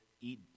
eat